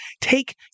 take